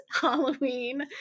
Halloween